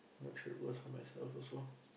make shit worse for myself also